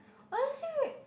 honestly